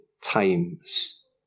times